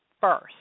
first